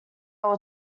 were